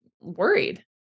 worried